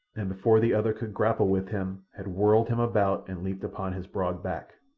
and before the other could grapple with him had whirled him about and leaped upon his broad back.